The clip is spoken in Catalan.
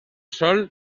sol